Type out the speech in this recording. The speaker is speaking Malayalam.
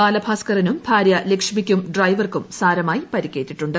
ബാലഭാസ്കറിനും ഭാര്യ ലക്ഷ്മിക്കും ഡ്രൈവർക്കും സാരമായി പരിക്കേറ്റിട്ടുണ്ട്